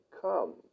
come